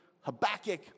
Habakkuk